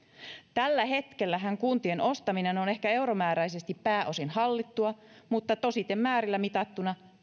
tällä hetkellähän kuntien ostaminen on ehkä euromääräisesti pääosin hallittua mutta tositemäärillä mitattuna